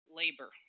labor